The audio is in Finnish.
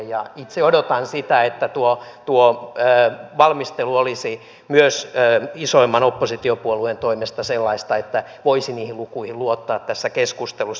ja itse odotan sitä että tuo valmistelu olisi myös isoimman oppositiopuolueen toimesta sellaista että voisi niihin lukuihin luottaa tässä keskustelussa